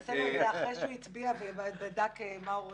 נעשה לו את אחרי שהוא הצביע ובדק מה הוא רוצה,